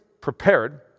prepared